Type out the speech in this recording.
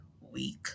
week